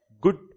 good